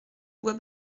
bois